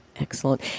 Excellent